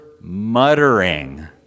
muttering